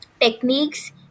techniques